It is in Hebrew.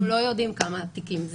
אנחנו לא יודעים כמה תיקים.